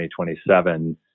2027